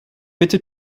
bitte